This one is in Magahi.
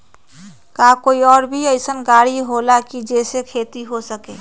का कोई और भी अइसन और गाड़ी होला जे से खेती हो सके?